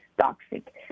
toxic